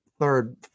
third